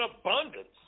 abundance